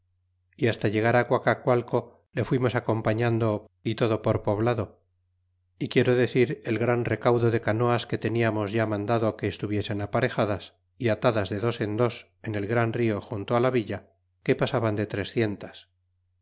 y hasta llegar guacacualco le fuimos acompañ'ando y todo por poblado y quiero decir el gran recaudo de canoas que teniamos ya mandado que estuviesen aparejadas y atadas de dos en dos en el gran rio junto la villa que pasaban de trecientas